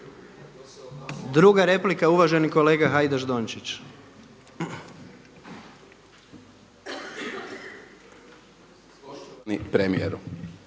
Iduća replika uvaženi kolega Hajdaš Dončić.